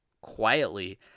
quietly